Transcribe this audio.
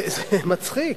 זה מצחיק,